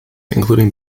including